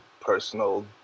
personal